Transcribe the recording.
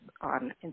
on